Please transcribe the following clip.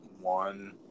One